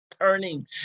turning